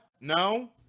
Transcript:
No